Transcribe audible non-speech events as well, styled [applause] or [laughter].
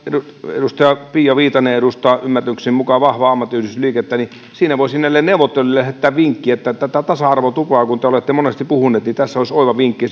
edustaja pia viitanen edustaa ymmärrykseni mukaan vahvaa ammattiyhdistysliikettä niin siinä voisi näille neuvottelijoille lähettää vinkkiä että kun tasa arvotuposta te olette monesti puhuneet niin tässä olisi oiva vinkki [unintelligible]